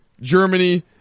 Germany